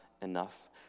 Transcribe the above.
Enough